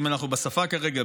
אם אנחנו בשפה כרגע,